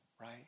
Right